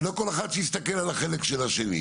ולא כל אחד שיסתכל על החלק של השני.